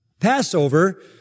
Passover